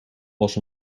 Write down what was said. was